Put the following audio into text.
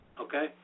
Okay